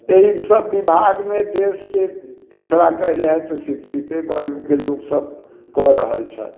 एहि सब विभाग मे देश के पिछड़ा कइले है तऽ शिक्षित वर्ग के लोकसब कऽ रहल छथि